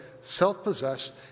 self-possessed